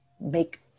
make